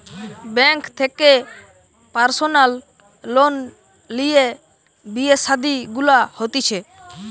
bank থেকে personal loan লিয়ে বিয়ে শাদী গুলা হতিছে